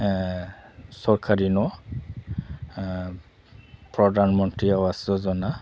सरखारि न' प्रदान मनथ्रि आवास योजना